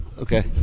Okay